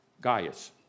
Gaius